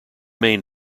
main